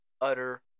utter